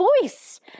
voice